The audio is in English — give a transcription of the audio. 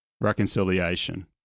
reconciliation